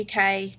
UK